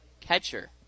catcher